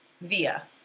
Via